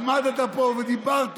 עמדת פה ודיברת: